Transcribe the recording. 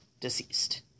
deceased